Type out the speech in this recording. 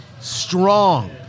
strong